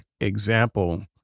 example